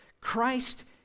Christ